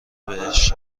بهش